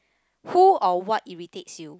who or what irritates you